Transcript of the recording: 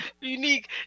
unique